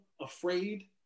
afraid